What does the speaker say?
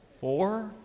Four